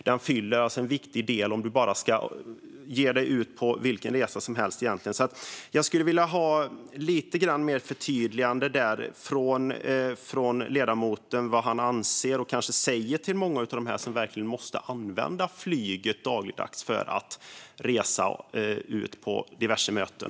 De är en viktig del för egentligen vilken resa som helst. Jag skulle därför vilja ha ett litet förtydligande från ledamoten. Vad anser han och vad säger han till många av dem som verkligen måste använda flyget dagligdags för att ta sig till diverse möten?